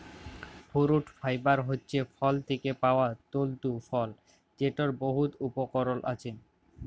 fruit fibre হছে ফল থ্যাকে পাউয়া তল্তু ফল যেটর বহুত উপকরল আছে